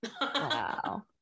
Wow